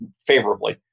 favorably